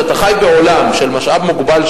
כשאתה חי בעולם של משאב מוגבל,